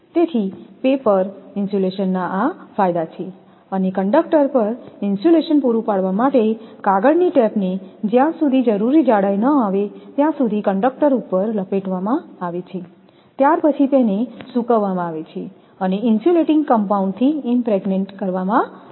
તેથી paper insulation ના આ ફાયદા છે અને કંડક્ટર પર ઇન્સ્યુલેશન પૂરું પાડવા માટે કાગળની ટેપને જ્યાં સુધી જરૂરી જાડાઈ ન આવે ત્યાં સુધી કંડક્ટર ઉપર લપેટવામાં આવે છે ત્યાર પછી તેને સૂકવવામાં આવે છે અને ઇન્સ્યુલેટીંગ કમ્પાઉન્ડથી ઈમપ્રેગ્નેટેડ કરવામાં આવે છે